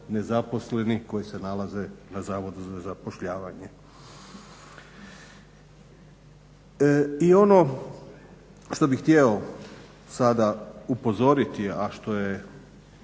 nezaposleni koji se nalaze na Zavodu za zapošljavanje. I ono što bih htio sada upozoriti, a što je